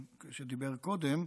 שדיבר קודם,